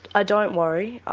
i don't worry,